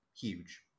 huge